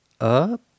up